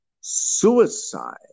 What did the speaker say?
suicide